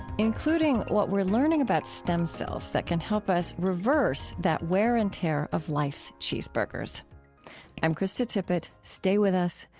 including what we're learning about stem cells that can help us reverse that wear and tear of life's cheeseburgers i'm krista tippett. stay with us.